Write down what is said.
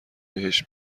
بهش